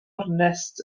ornest